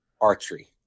archery